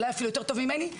אולי אפילו יותר טוב ממני,